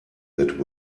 that